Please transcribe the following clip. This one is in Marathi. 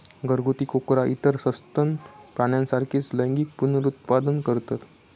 घरगुती कोकरा इतर सस्तन प्राण्यांसारखीच लैंगिक पुनरुत्पादन करतत